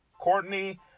Courtney